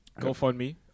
GoFundMe